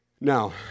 Now